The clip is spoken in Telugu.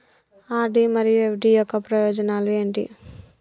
ఆర్.డి మరియు ఎఫ్.డి యొక్క ప్రయోజనాలు ఏంటి?